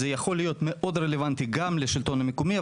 זה יכול להיות רלוונטי גם לשלטון המקומי,